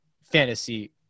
fantasy